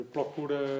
Procura